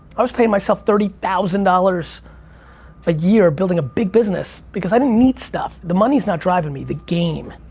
i was paying myself thirty thousand dollars a year building a big business because i didn't need stuff. the money's not driving me, the game.